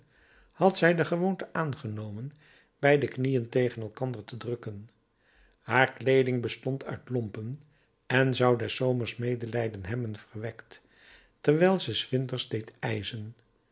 had zij de gewoonte aangenomen beide knieën tegen elkander te drukken haar kleeding bestond uit lompen en zou des zomers medelijden hebben verwekt terwijl ze s winters deed